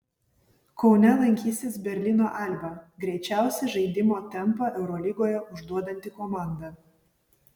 kaune lankysis berlyno alba greičiausią žaidimo tempą eurolygoje užduodanti komanda